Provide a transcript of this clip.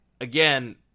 again